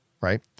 right